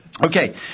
Okay